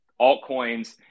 altcoins